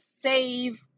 save